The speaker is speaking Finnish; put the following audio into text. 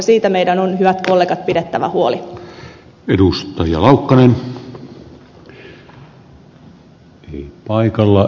siitä meidän on hyvät kollegat pidettävä huoli